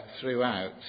throughout